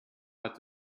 hat